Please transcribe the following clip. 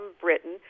Britain